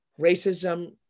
racism